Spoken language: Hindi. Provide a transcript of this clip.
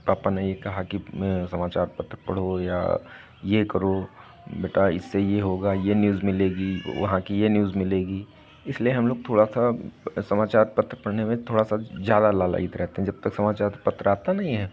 पापा ने ये कहा कि समाचार पत्र पढ़ो या ये करो बेटा इससे ये होगा ये न्यूज़ मिलेगी वहां की ये न्यूज़ मिलेगी इसलिए हम लोग थोड़ा सा समाचार पत्र पढ़ने में थोड़ा सा ज़्यादा लालायित रहते हैं जब तक समाचार पत्र आता नहीं है